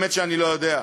באמת שאני לא יודע.